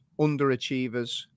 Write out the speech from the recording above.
underachievers